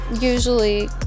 usually